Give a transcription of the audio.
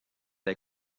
les